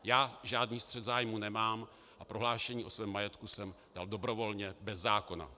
Já žádný střet zájmů nemám a prohlášení o svém majetku jsem dal dobrovolně, bez zákona.